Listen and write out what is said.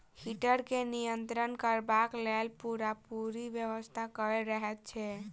heater के नियंत्रण करबाक लेल पूरापूरी व्यवस्था कयल रहैत छै